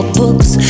books